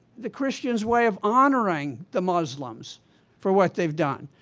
the christians' way of honoring the muslims for what they have done.